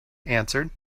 answered